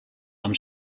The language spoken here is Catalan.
amb